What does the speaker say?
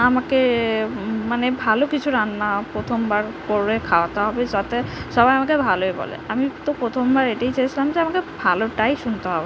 আমাকে মানে ভালো কিছু রান্না প্রথমবার করে খাওয়াতে হবে যাতে সবাই আমাকে ভালোই বলে আমি তো প্রথমবার এটাই চেয়েছিলাম যে আমাকে ভালোটাই শুনতে হবে